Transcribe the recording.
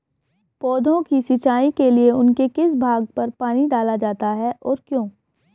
पौधों की सिंचाई के लिए उनके किस भाग पर पानी डाला जाता है और क्यों?